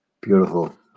beautiful